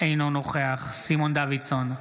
אינו נוכח סימון דוידסון,